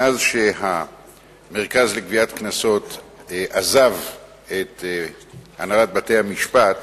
מאז שהמרכז לגביית קנסות עזב את הנהלת בתי-המשפט